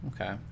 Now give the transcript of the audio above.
Okay